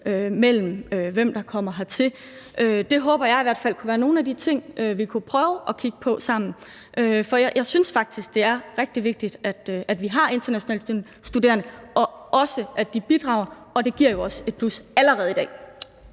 til hvem der kommer hertil? Det håber jeg i hvert fald kunne være en af de ting, vi kunne prøve at kigge på sammen, for jeg synes faktisk, det er rigtig vigtigt, at vi har internationale studerende, og det er også vigtigt, at de bidrager. Det giver jo også allerede i dag